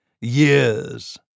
years